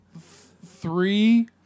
three